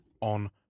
on